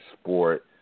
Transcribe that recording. sport